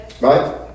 right